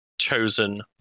chosen